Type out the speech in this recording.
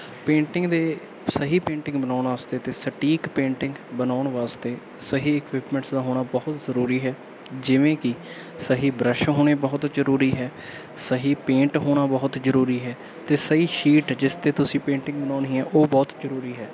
painting ਦੇ ਸਹੀ painting ਬਣਾਉਣ ਵਾਸਤੇ ਅਤੇ ਸਟੀਕ ਪੇਂਟਿੰਗ ਬਣਾਉਣ ਵਾਸਤੇ ਸਹੀ ਇਕਿਪਮੈਂਟਸ ਦਾ ਹੋਣਾ ਬਹੁਤ ਜ਼ਰੂਰੀ ਹੈ ਜਿਵੇਂ ਕਿ ਸਹੀ ਬ੍ਰਸ਼ ਹੋਣੇ ਬਹੁਤ ਜ਼ਰੂਰੀ ਹੈ ਸਹੀ ਪੇਂਟ ਹੋਣਾ ਬਹੁਤ ਜ਼ਰੂਰੀ ਹੈ ਅਤੇ ਸਹੀ ਸ਼ੀਟ ਜਿਸ ਤੇ ਤੁਸੀਂ ਪੇਂਟਿੰਗ ਬਣਾਉਣੀ ਹੈ ਉਹ ਬਹੁਤ ਜ਼ਰੂਰੀ ਹੈ